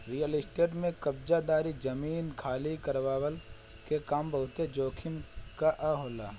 real estate में कब्ज़ादारी, जमीन खाली करववला के काम बहुते जोखिम कअ होला